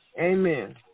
Amen